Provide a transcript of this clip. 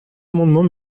amendement